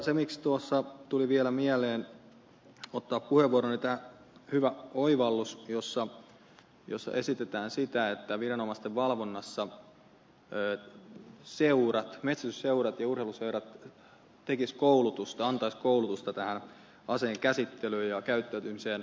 se miksi tuli vielä mieleen ottaa puheenvuoro on tämä hyvä oivallus jossa esitetään sitä että viranomaisten valvonnassa seurat metsästysseurat ja urheiluseurat antaisivat koulutusta aseen käsittelyyn ja käyttäytymiseen